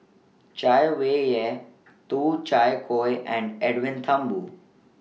Chay Weng Yew and Edwin Thumboo